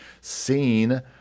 seen